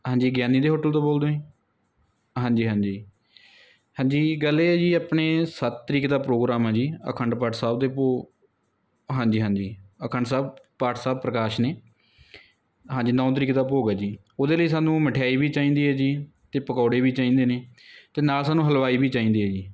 ਹਾਂਜੀ ਗਿਆਨੀ ਦੇ ਹੋਟਲ ਤੋਂ ਬੋਲਦੇ ਹੋ ਜੀ ਹਾਂਜੀ ਹਾਂਜੀ ਗੱਲ ਇਹ ਹੈ ਜੀ ਆਪਣੇ ਸੱਤ ਤਰੀਕ ਦਾ ਪ੍ਰੋਗਰਾਮ ਆ ਜੀ ਅਖੰਡ ਪਾਠ ਸਾਹਿਬ ਦੇ ਭੋਗ ਹਾਂਜੀ ਹਾਂਜੀ ਅਖੰਡ ਸਾਹਿਬ ਪਾਠ ਸਾਹਿਬ ਪ੍ਰਕਾਸ਼ ਨੇ ਹਾਂਜੀ ਨੌਂ ਤਰੀਕ ਦਾ ਭੋਗ ਹੈ ਜੀ ਉਹਦੇ ਲਈ ਸਾਨੂੰ ਮਠਿਆਈ ਵੀ ਚਾਹੀਦੀ ਹੈ ਜੀ ਅਤੇ ਪਕੌੜੇ ਵੀ ਚਾਹੀਦੇ ਨੇ ਅਤੇ ਨਾਲ ਸਾਨੂੰ ਹਲਵਾਈ ਵੀ ਚਾਹੀਦੇ ਹੈ ਜੀ